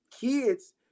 kids